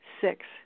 six